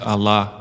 Allah